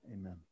Amen